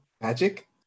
magic